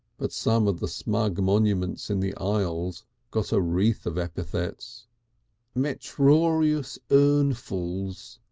but some of the smug monuments in the aisles got a wreath of epithets metrorious urnfuls,